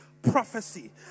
Prophecy